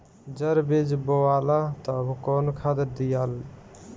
जब बीज बोवाला तब कौन खाद दियाई?